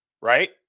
Right